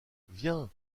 viens